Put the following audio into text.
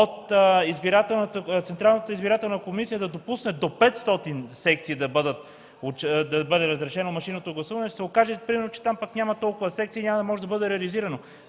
Централната избирателна комисия да допусне от 500 секции да бъде разрешено машинното гласуване, ще се окаже примерно, че там пък няма толкова секции и няма да може да бъде реализирано.